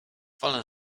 wolę